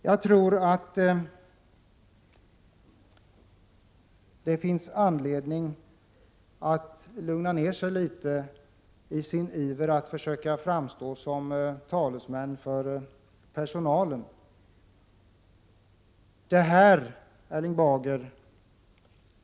Jag tror att det finns anledning för dem som i sin iver försöker framstå som talesmän för personalen att lugna ner sig litet.